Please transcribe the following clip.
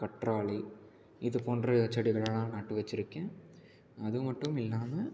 கற்றாழை இதுப்போன்ற செடிகளெலாம் நட்டு வச்சுருக்கேன் அது மட்டும் இல்லாமல்